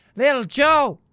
little joe!